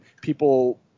people